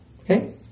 Okay